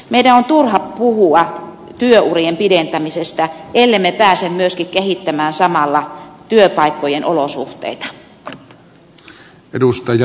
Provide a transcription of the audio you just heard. meidän on turha puhua työurien pidentämisestä ellemme pääse kehittämään samalla myöskin työpaikkojen olosuhteita